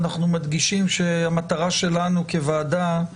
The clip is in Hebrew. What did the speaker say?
אנחנו מדגישים שהמטרה שלנו כוועדה היא